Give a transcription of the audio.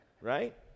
Right